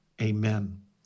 Amen